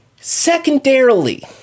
Secondarily